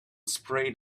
sprayed